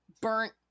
burnt